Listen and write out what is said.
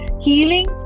Healing